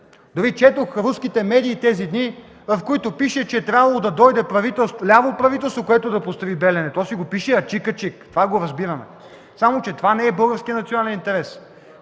Дори четох руските медии тези дни, в които пише, че трябвало до дойде ляво правителство, което да построи „Белене”. Пише си го ачик-ачик. Това го разбираме. Само че това не е българският национален интерес.